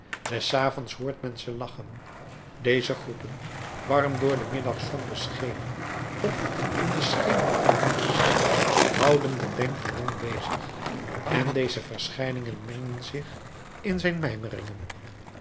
des avonds hoort men ze lachen deze groepen warm door de middagzon beschenen of in den schemeravond gezien houden den denker lang bezig en deze verschijningen mengen zich in zijn